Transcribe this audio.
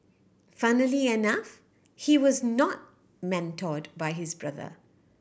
funnily enough he was not mentored by his brother